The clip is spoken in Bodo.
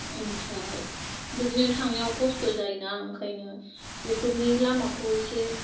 आमफ्राय बिदिनो थांनायाव खस्थ' जायो ना ओंखायनो बेफोरनि लामाखौ एसे